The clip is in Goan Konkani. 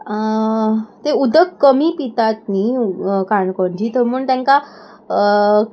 ते उदक कमी पितात न्ही काणकोणची थंय म्हूण तेंकां